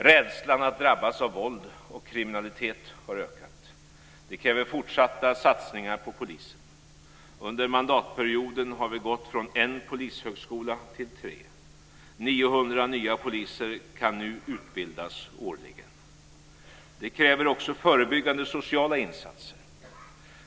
Rädslan att drabbas av våld och kriminalitet har ökat. Det kräver fortsatta satsningar på polisen. Under mandatperioden har vi gått från en polishögskola till tre. 900 nya poliser kan nu utbildas årligen. Det kräver också förebyggande sociala insatser.